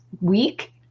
week